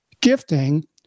gifting